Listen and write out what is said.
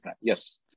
yes